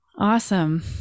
Awesome